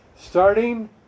starting